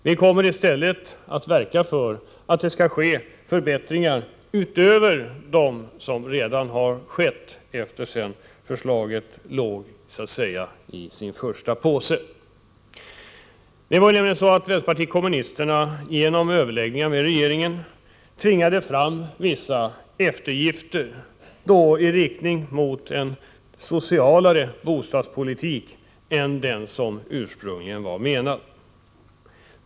Vi kommer i stället att verka för att förbättringar i förslaget skall göras utöver vad som redan har skett sedan det låg i sin första påse. Vänsterpartiet kommunisterna har nämligen genom överläggningar med regeringen tvingat fram vissa eftergifter, som leder till en mera socialt inriktad bostadspolitik än den som ursprungligen var avsedd.